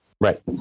Right